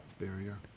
Barrier